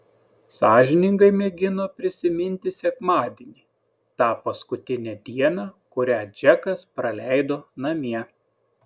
sąžiningai mėgino prisiminti sekmadienį tą paskutinę dieną kurią džekas praleido namie